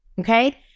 okay